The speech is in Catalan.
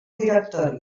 directori